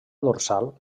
dorsal